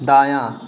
دایاں